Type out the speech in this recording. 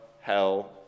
hell